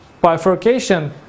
bifurcation